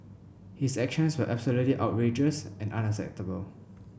his actions were absolutely outrageous and unacceptable